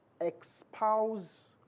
expose